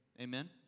Amen